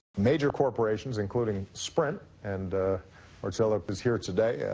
major corporations including sprint, and marcelo is here today, yeah